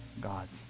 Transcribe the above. gods